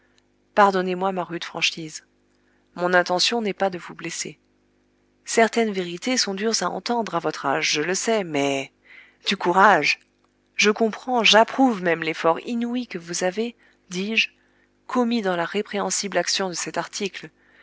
pardonnez-moi ma rude franchise mon intention n'est pas de vous blesser certaines vérités sont dures à entendre à votre âge je le sais mais du courage je comprends j'approuve même l'effort inouï que vous avez dis-je commis dans la répréhensible action de cet article